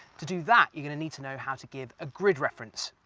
to do that your going to need to know how to give a grid reference.